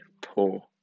poor